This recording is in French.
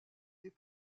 des